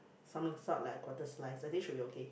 some sort like quarter slice I think should be okay